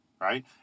right